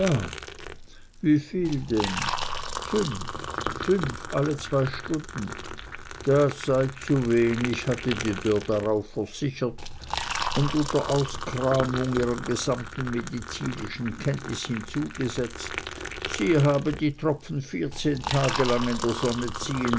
wieviel denn fünf fünf alle zwei stunden das sei zuwenig hatte die dörr darauf versichert und unter auskramung ihrer gesamten medizinischen kenntnis hinzugesetzt sie habe die tropfen vierzehn tage lang in der sonne